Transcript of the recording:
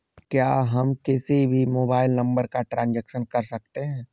क्या हम किसी भी मोबाइल नंबर का ट्रांजेक्शन कर सकते हैं?